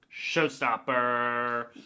showstopper